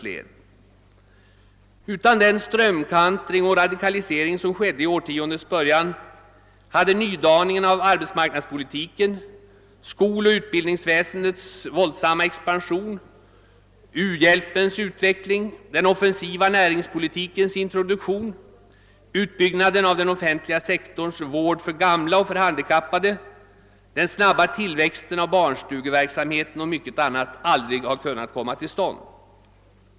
Utan den strömkantring och radikalisering som skedde i årtiondets början kunde nydaningen av arbetsmarknadspolitiken, skoloch utbildningsväsendets våldsamma expansion, u-hjälpens utveckling, den offensiva näringspolitikens introduktion, utbyggnaden av den offentliga sektorn för värd av gamla och handikappade, den snabba tillväxten av barnstugeverksamheten och mycket annat aldrig ha kommit till stånd.